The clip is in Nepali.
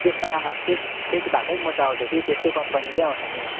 त्यसमा सेट सेट भएकै मोजा आउँछ कि त्यसकै कम्पनीकै आउँछ नि